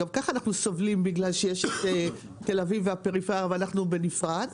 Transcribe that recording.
גם ככה אנחנו סובלים בגלל שיש את תל אביב והפריפריה ואנחנו בנפרד,